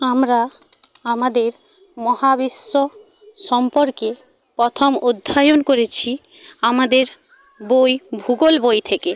আমরা আমাদের মহাবিশ্ব সম্পর্কে প্রথম অধ্যয়ন করেছি আমাদের বই ভূগোল বই থেকে